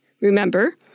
Remember